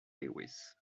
lewis